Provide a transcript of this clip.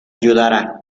ayudara